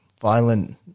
violent